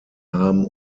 haben